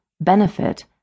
benefit